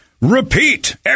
repeat